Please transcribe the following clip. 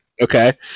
Okay